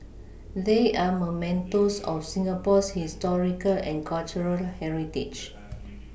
they are mementos of Singapore's historical and cultural heritage